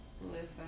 Listen